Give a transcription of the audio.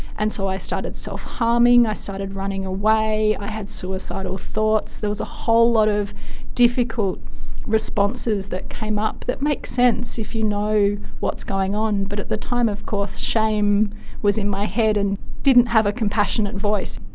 and so i started self-harming, i started running away, i had suicidal thoughts, there was a whole lot of difficult responses that came up that makes sense if you know what's going on, but at the time of course shame was in my head and i didn't have a compassionate voice.